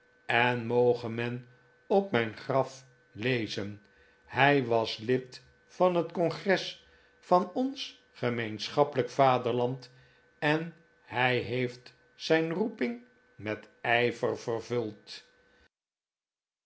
en moge men op mijn graf lezen hij was lid van het congres van ons gemeenschappelijk vaderland en hij heeft zijn roeping met ijver vervuld